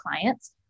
clients